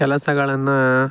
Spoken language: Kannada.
ಕೆಲಸಗಳನ್ನು